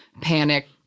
panic